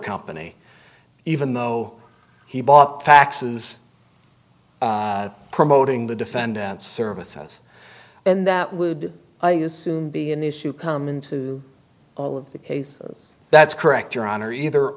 company even though he bought faxes promoting the defendant services and that would soon be an issue come into all of the case that's correct your honor either